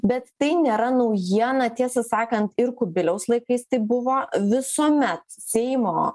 bet tai nėra naujiena tiesą sakant ir kubiliaus laikais taip buvo visuomet seimo